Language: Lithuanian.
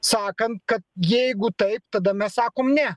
sakant kad jeigu taip tada mes sakom ne